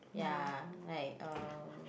ya like um